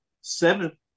seven